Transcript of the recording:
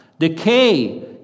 Decay